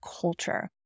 culture